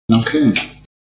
Okay